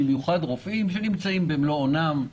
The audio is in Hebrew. במיוחד רופאים שנמצאים במלוא אונם.